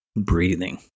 breathing